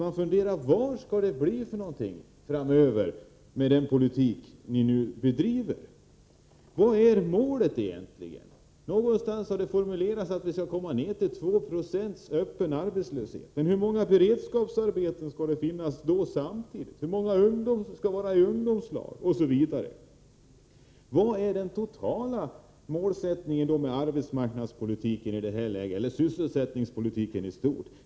Man funderar över vad det skall bli framöver med den politik ni nu bedriver. Vad är målet egentligen? Någonstans har det formulerats att den öppna arbetslösheten skulle komma ner till 2 2. Hur många beredskapsarbeten skall det finnas samtidigt? Hur många ungdomar skall ingå i ungdomslag? Vilken är den totala målsättningen med sysselsättningspolitiken i stort?